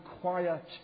quiet